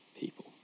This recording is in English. people